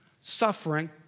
suffering